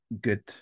good